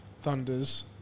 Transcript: Thunders